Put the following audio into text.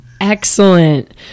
Excellent